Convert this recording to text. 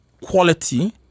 quality